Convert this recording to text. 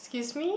excuse me